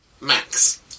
Max